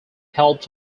helped